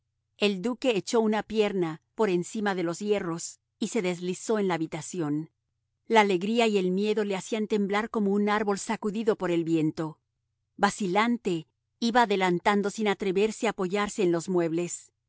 el duque echó una pierna por encima de los hierros y se deslizó en la habitación la alegría y el miedo le hacían temblar como un árbol sacudido por el viento vacilante iba adelantando sin atreverse a apoyarse en los muebles